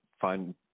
find